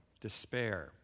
despair